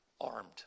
armed